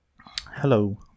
Hello